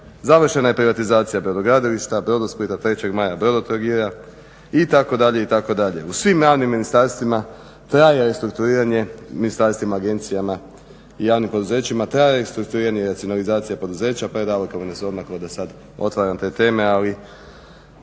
Završena je privatizacija brodogradilišta Brodosplita, 3. Maja, Brodotrogira itd., itd. U svim … ministarstvima traje restrukturiranje, ministarstvima, agencijama i javnim poduzećima, traje restrukturiranje i racionalizacija poduzeća, predaleko bi nas odmaklo da sad otvaram te teme, ali